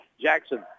Jackson